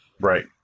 Right